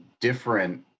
different